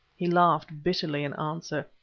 he laughed bitterly in answer.